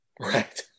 Right